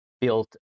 built